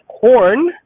corn